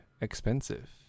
expensive